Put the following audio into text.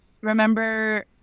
remember